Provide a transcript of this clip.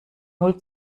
null